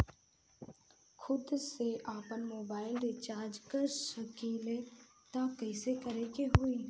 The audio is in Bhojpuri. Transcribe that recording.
खुद से आपनमोबाइल रीचार्ज कर सकिले त कइसे करे के होई?